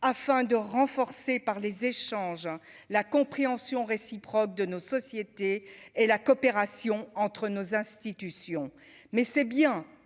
afin de renforcer par les échanges, la compréhension réciproque de nos sociétés et la coopération entre nos institutions, mais c'est bien